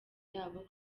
yabo